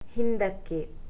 ಹಿಂದಕ್ಕೆ